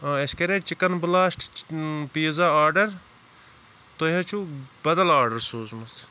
اَسہِ کَرے چِکَن بٕلاسٹہٕ پیٖزا آرڈَر تۄہہِ حظ چھُ بدل آرڈَر سوٗزمُت